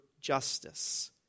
justice